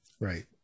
Right